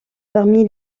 parmi